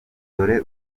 dore